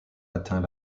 atteint